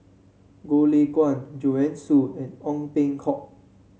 Goh Lay Kuan Joanne Soo and Ong Peng Hock